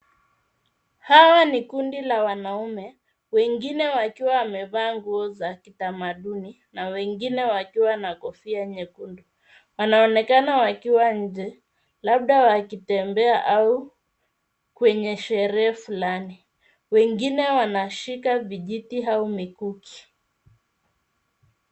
Hawa ni kundi la wanaume. Wengine wakiwa wamevaa nguo za kitamaduni na wengine wakiwa na kofia nyekundu. Waanonekana wakiwa nje labda wakitembea au kwenye sherehe fulani. Wengine wanashika vijiti au mikuki.